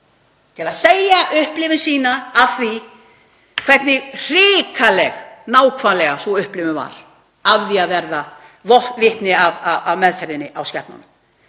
til að segja frá upplifun sinni af því hve hrikaleg nákvæmlega sú upplifun var af því að verða vitni að meðferðinni á skepnunum.